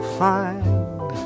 find